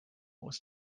was